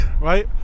right